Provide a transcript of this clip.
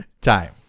time